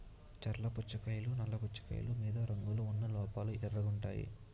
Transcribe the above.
చర్ల పుచ్చకాయలు నల్ల పుచ్చకాయలు మీద రంగులు ఉన్న లోపల ఎర్రగుంటాయి